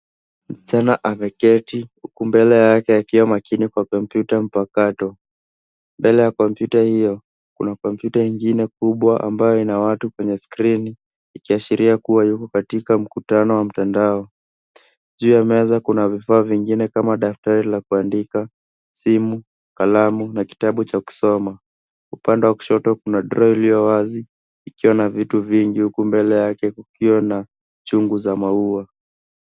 Mschana ameketi huku mbele yake akiwa makini kwa kompyuta mpakato. Mbele ya kompyuta hiyo, kuna kompyuta ingine kubwa ambayo ina watu kwenye skrini ikiashiria kuwa yuko katika mkutano wa mtandao. Juu ya meza kuna vifaa vingine kama daftari la kuandika, simu, kalamu na kitabu cha kusoma. Upande wa kushoto, kuna draw iliyowazi ikiwa na vitu vingi huku mbele yake kukiwa na chungu za maua.